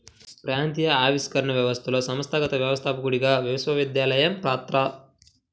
ప్రాంతీయ ఆవిష్కరణ వ్యవస్థలో సంస్థాగత వ్యవస్థాపకుడిగా విశ్వవిద్యాలయం పాత్ర